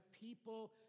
people